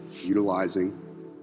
utilizing